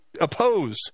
oppose